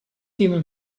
even